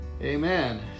Amen